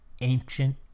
ancient